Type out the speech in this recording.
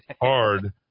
hard